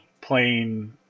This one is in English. playing